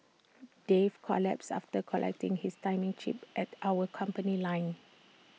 Dave collapsed after collecting his timing chip at our company line